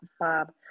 Bob